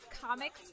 comics